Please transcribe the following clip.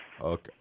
okay